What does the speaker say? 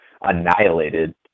annihilated